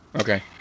Okay